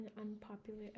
unpopular